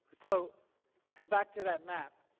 so go back to that map.